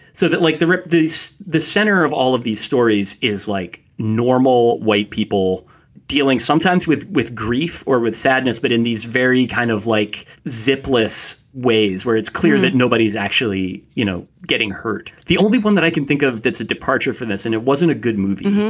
so that like the rip this the center of all of these stories is like normal white people dealing sometimes with with grief or with sadness. but in these very kind of like zipless ways where it's clear that nobody's actually, you know, getting hurt. the only one that i can think of that's a departure from this. and it wasn't a good movie,